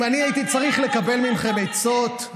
אם אני הייתי צריך לקבל מכם עצות,